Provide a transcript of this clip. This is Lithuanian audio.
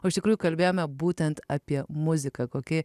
o iš tikrųjų kalbėjome būtent apie muziką kokie